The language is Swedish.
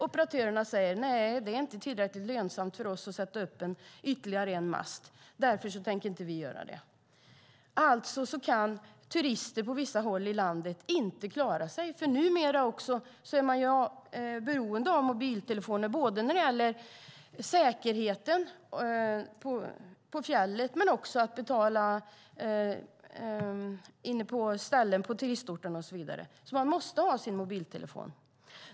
Operatörerna säger att det inte är tillräckligt lönsamt för dem att sätta upp ytterligare en mast, och därför tänker de inte göra det. Alltså kan turister inte klara sig på vissa håll i landet. Numera är man ju beroende av mobiltelefonen både för säkerheten på fjället och för att betala på turistorten. Man måste ha sin mobiltelefon.